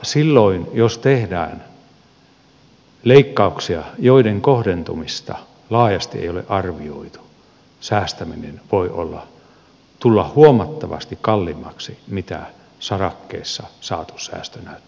silloin jos tehdään leikkauksia joiden kohdentumista laajasti ei ole arvioitu säästäminen voi tulla huomattavasti kalliimmaksi kuin sarakkeessa saatu säästö näyttää olevan